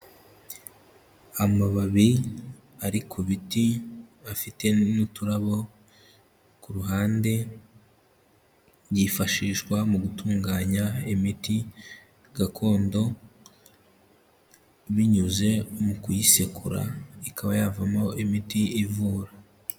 Amababi ari ku biti afite n'uturabo ku ruhande, byifashishwa mu gutunganya imiti gakondo, binyuze mu kuyisekura ikaba yavamo imiti ivura.